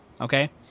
okay